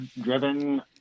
driven